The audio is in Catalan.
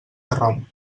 rom